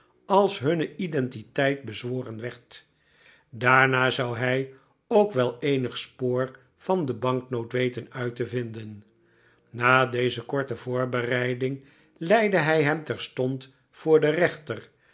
als hunne identiteit bezworen werd daarna zou hij ook we eenig spoor van de banknoot weten uit te vinden na deze korte voorbereiding leidde hij hem terstond voor den reenter